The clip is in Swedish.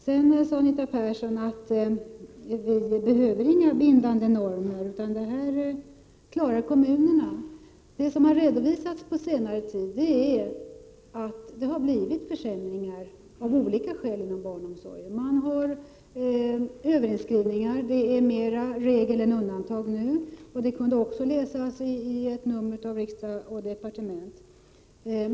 Sedan sade Anita Persson att det inte behövs några bindande normer utan att kommunerna klarar detta själva. Men vad som har redovisats på senare tid är att det av olika skäl har blivit försämringar inom barnomsorgen. Det är nu mer regel än undantag att man har överinskrivningar. Detta kunde man också läsa i ett nummer av Riksdag & Departement.